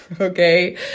Okay